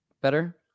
better